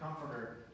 Comforter